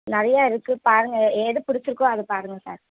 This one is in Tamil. நிறையா இருக்குது பாருங்கள் எ எது பிடிச்சுருக்கோ அதை பாருங்கள் சார்